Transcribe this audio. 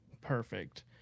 perfect